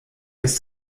ist